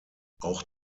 auch